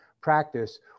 practice